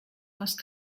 most